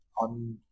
on